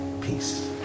peace